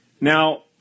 Now